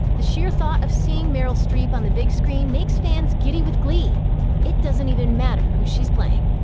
the sheer thought of seeing meryl streep on the big screen makes fans giddy with glee it doesn't even matter who she's playing.